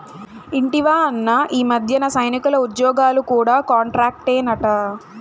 ఇంటివా అన్నా, ఈ మధ్యన సైనికుల ఉజ్జోగాలు కూడా కాంట్రాక్టేనట